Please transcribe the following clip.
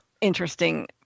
interesting